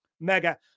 Mega